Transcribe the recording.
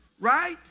Right